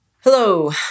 Hello